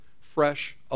fresh